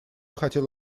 хотел